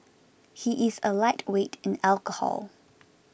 he is a lightweight in alcohol